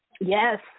Yes